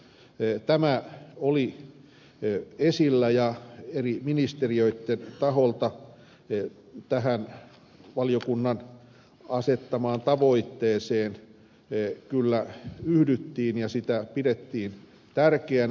tämä oli esillä ja eri ministeriöitten taholta tähän valiokunnan asettamaan tavoitteeseen kyllä yhdyttiin ja sitä pidettiin tärkeänä